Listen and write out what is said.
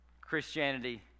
Christianity